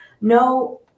no